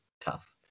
tough